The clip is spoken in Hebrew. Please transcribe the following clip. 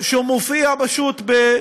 שמופיע פשוט בקווי